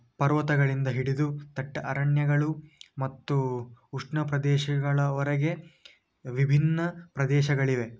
ಪರ್ವತಗಳಿಂದ ಹಿಡಿದು ದಟ್ಟ ಅರಣ್ಯಗಳು ಮತ್ತು ಉಷ್ಣ ಪ್ರದೇಶಗಳವರೆಗೆ ವಿಭಿನ್ನ ಪ್ರದೇಶಗಳಿವೆ